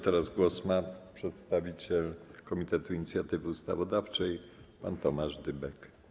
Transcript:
Teraz głos ma przedstawiciel Komitetu Inicjatywy Ustawodawczej pan Tomasz Dybek.